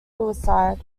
suicide